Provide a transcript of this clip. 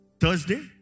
Thursday